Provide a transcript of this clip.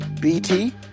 BT